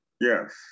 Yes